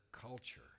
culture